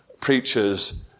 preachers